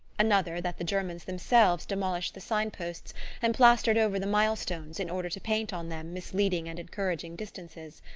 another that the germans themselves demolished the sign-posts and plastered over the mile-stones in order to paint on them misleading and encouraging distances.